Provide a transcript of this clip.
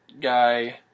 guy